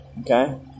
okay